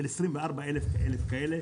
24,000 כאלה,